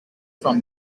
from